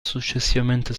successivamente